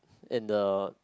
in the